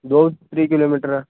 द्वौ त्रि किलोमीटर